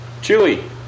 Chewy